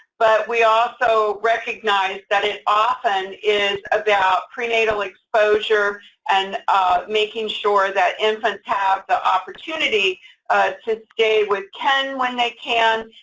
but we also recognize that it often is about prenatal exposure and making sure that infants have the opportunity to stay with kin when they can,